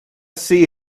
see